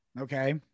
Okay